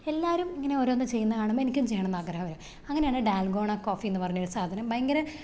എല്ലാവരും ഇങ്ങനെ ഓരോന്നും ചെയ്യുന്നത് കാണുമ്പോൾ എനിക്കും ചെയ്യണന്നാഗ്രഹം വരുക അങ്ങനെയാണ് ഡാൽഗോണ കോഫീന്ന് പറഞ്ഞൊരു സാധനം ഭയങ്കര